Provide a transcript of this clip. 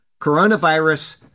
Coronavirus